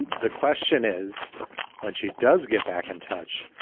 the question is what she does get back in touch.